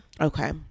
Okay